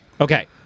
Okay